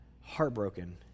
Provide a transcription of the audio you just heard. heartbroken